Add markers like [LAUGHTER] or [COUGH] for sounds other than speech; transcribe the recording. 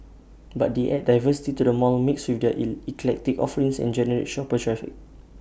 but they add diversity to the mall mix with their [UNINTELLIGIBLE] eclectic offerings and generate shopper traffic